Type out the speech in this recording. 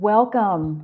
Welcome